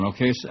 Okay